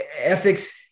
ethics